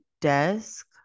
desk